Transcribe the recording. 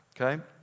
okay